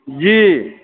जी